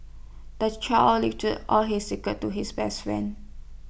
the child all his secrets to his best friend